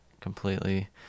completely